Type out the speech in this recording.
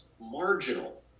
marginal